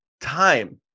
time